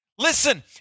Listen